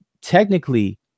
technically